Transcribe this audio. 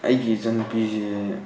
ꯑꯩꯒꯤ ꯏꯆꯟꯅꯨꯄꯤꯁꯦ